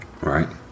Right